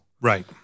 Right